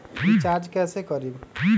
Recharge कैसे करीब?